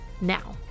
now